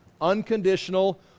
unconditional